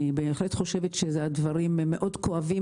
אני בהחלט חושבת שהדברים כואבים מאוד,